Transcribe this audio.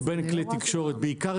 בין כלי תקשורת, בעיקר